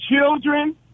children